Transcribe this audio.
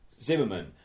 Zimmerman